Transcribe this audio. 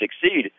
succeed